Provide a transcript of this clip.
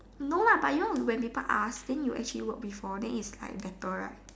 no lah but you know when people ask before then is like better right